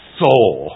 soul